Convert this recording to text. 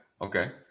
Okay